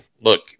look